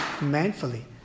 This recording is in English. manfully